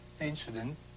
incident